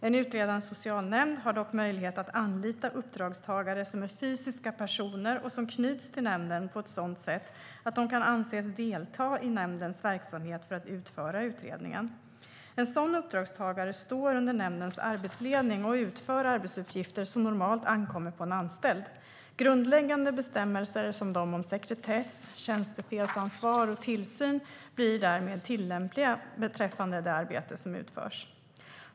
En utredande socialnämnd har dock möjlighet att anlita uppdragstagare som är fysiska personer och som knyts till nämnden på ett sådant sätt att de kan anses delta i nämndens verksamhet för att utföra utredningen. En sådan uppdragstagare står under nämndens arbetsledning och utför arbetsuppgifter som normalt ankommer på en anställd. Grundläggande bestämmelser som de om sekretess, tjänstefelsansvar och tillsyn blir därmed tillämpliga beträffande det arbete som utförs.